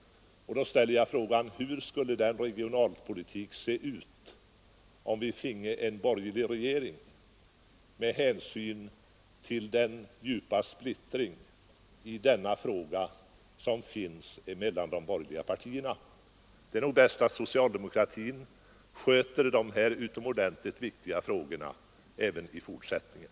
Då ställer jag frågan: Hur skulle regionalpolitiken se ut om vi fick en borgerlig regering, med hänsyn till den djupa splittring som råder mellan de borgerliga partierna i denna fråga. Det är nog bäst att socialdemokratin sköter dessa utomordentligt viktiga frågor även i fortsättningen.